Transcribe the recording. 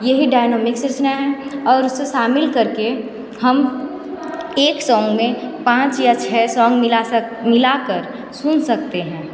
यही डायनामिक्स रचना है और उसे शामिल करके हम एक सॉन्ग में पाँच या छः सॉन्ग मिला सक मिला कर सुन सकते हैं